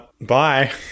Bye